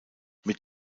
mit